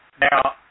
Now